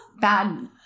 bad